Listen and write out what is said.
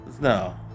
no